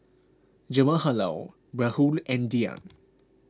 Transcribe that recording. Jawaharlal Rahul and Dhyan